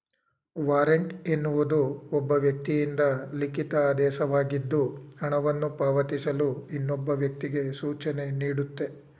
warrant ಎನ್ನುವುದು ಒಬ್ಬ ವ್ಯಕ್ತಿಯಿಂದ ಲಿಖಿತ ಆದೇಶವಾಗಿದ್ದು ಹಣವನ್ನು ಪಾವತಿಸಲು ಇನ್ನೊಬ್ಬ ವ್ಯಕ್ತಿಗೆ ಸೂಚನೆನೀಡುತ್ತೆ